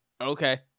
Okay